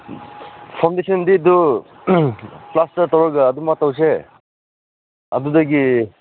ꯐꯥꯎꯟꯗꯦꯁꯟꯗꯤ ꯑꯗꯨ ꯄ꯭ꯂꯥꯁꯇꯔ ꯇꯧꯔꯒ ꯑꯗꯨꯃꯥꯏꯅ ꯇꯧꯁꯦ ꯑꯗꯨꯗꯒꯤ